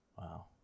Wow